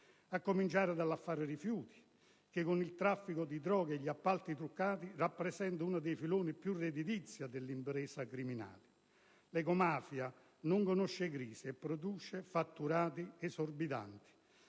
a cominciare dall'affare rifiuti che, con il traffico di droga e gli appalti truccati, rappresenta uno dei filoni più redditizi dell'impresa criminale. L'ecomafia non conosce crisi e produce fatturati esorbitanti;